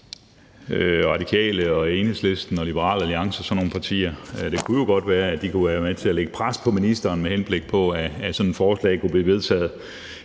Radikale, Enhedslisten og Liberal Alliance og sådan nogle partier. Det kunne jo godt være, at de kunne være med til at lægge pres på ministeren, med henblik på at sådan et forslag kunne blive vedtaget.